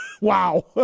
Wow